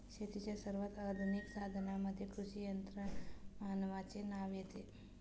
शेतीच्या सर्वात आधुनिक साधनांमध्ये कृषी यंत्रमानवाचे नाव येते